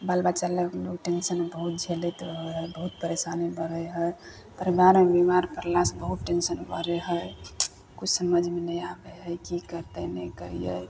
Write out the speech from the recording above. बालबच्चा लऽ कऽ बहुत टेन्शनमे बहुत झेलैत रहै हइ बहुत परेशानी पड़ै हइ परिवारमे बिमार पड़लासँ बहुत टेन्शन पड़ै हइ किछु समझमे नहि आबै हइ कि करतै नहि करिए